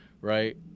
right